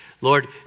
Lord